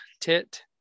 tit